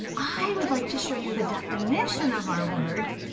i would like to show you the definition of our word